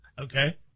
Okay